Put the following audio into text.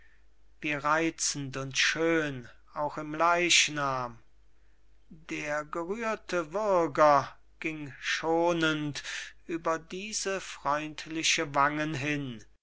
wie reizend und schön auch ihr leichnam der gerührte würger ging schonend über diese freundlichen wangen hin diese